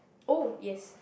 oh yes